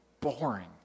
boring